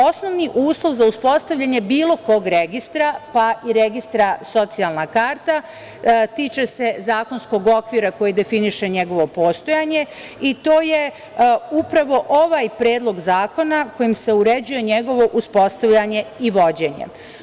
Osnovni uslov za uspostavljanje bilo kog registra, pa i registra socijalna karta tiče se zakonskog okvira koji definiše njegovo postojanje i to je upravo ovaj predlog zakona kojim se uređuje njegovo uspostavljanje i vođenje.